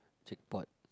Jackpot